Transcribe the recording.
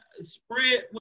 spread